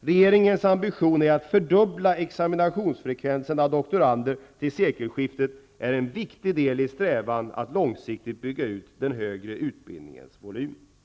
Regeringens ambition att fördubbla examinationsfrekvensen av doktorander till sekelskiftet är en viktig del i strävan att långsiktigt bygga ut den högre utbildningens volym. Herr talman!